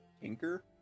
tinker